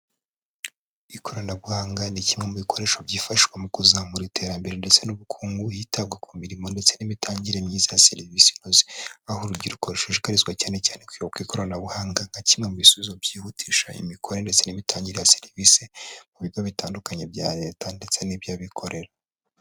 Ikoranabuhanga ni kimwe mu bikoresho byifashishwa mu kuzamura iterambere, ndetse n'ubukungu hitabwa ku mirimo ndetse n'imitangire myiza ya serivisi inoze, aho urubyiruko rushishikarizwa cyane cyane kwibuka ikoranabuhanga nka kimwe mu bisubizo byihutisha imikorere n'imitangire ya serivisi, mu bigo bitandukanye bya leta ndetse n'iby'abikorera.